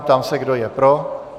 Ptám se, kdo je pro.